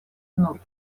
nur